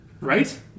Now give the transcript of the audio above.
Right